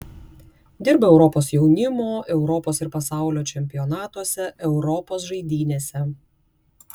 dirbau europos jaunimo europos ir pasaulio čempionatuose europos žaidynėse